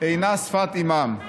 אינה שפת אימם.